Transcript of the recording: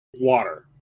water